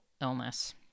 illness